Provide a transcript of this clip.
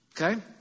okay